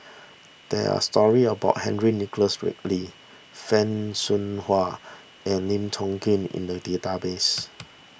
there are stories about Henry Nicholas Ridley Fan Shao Hua and Lim Tiong Ghee in the database